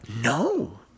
No